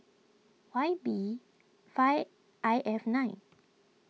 Y B five I F nine